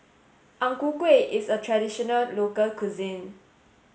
Ang Ku Kueh is a traditional local cuisine